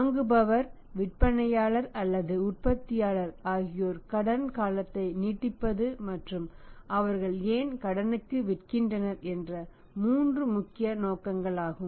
வாங்குபவர் விற்பனையாளர் அல்லது உற்பத்தியாளர் ஆகியோர் கடன் காலத்தை நீட்டிப்பது மற்றும் அவர்கள் ஏன் கடனுக்கு விக்கின்றனர் என்ற மூன்று முக்கிய நோக்கங்களாகும்